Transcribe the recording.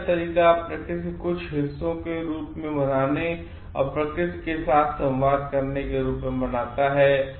भक्ति का तरीका प्रकृति के कुछ हिस्सों के रूप में मनाने और प्रकृति के साथ संवाद के रूप में मनाता है